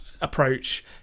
approach